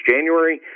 January